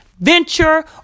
venture